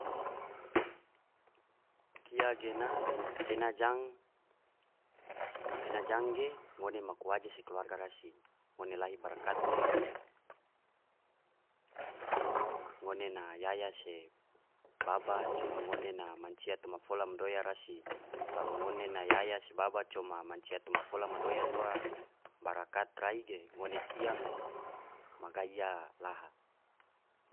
Kia gena ena jang ge ngone maku waje se keluarga rasi, ngone lahi barakat te ngone na yaya se baba coma ngone na mansia toma fola madoya rasi, kalo ngone na yaya se baba coma mansia toma fola madoya toa barakat rai ge ngone kia me magai iya laha.